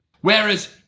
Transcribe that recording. Whereas